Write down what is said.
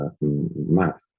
math